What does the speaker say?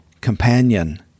companion